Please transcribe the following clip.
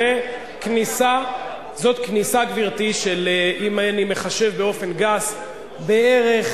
זאת כניסה, גברתי, אם אני מחשב באופן גס, של בערך,